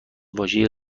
واژه